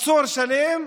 מצור שלם,